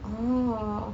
orh